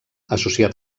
associat